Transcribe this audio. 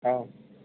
औ